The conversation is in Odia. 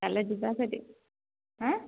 ଚାଲ ଯିବା ସେଠି ହେଁ